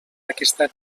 aquesta